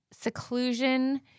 seclusion